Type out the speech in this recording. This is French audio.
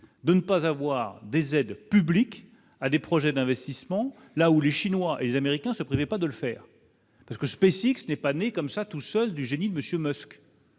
de ne pas avoir des aides publiques à des projets d'investissement, là où les Chinois et les Américains se privait pas de le faire parce que SpaceX, n'est pas né comme ça tout seul du génie de monsieur